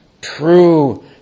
True